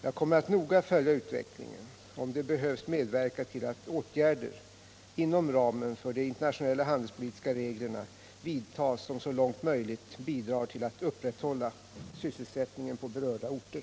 Jag kommer att noga följa utvecklingen och om det behövs medverka till att åtgärder inom ramen för de internationella handelspolitiska reglerna vidtas som så långt som möjligt bidrar till att upprätthålla sysselsättningen på berörda orter.